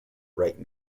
right